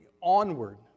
onward